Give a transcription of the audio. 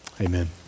amen